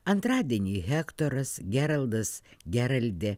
antradienį hektoras geraldas geraldė